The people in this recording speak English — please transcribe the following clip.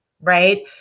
right